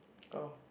go